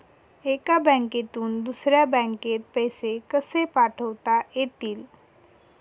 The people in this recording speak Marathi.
एका बँकेतून दुसऱ्या बँकेत पैसे कसे पाठवता येतील?